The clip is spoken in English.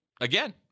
again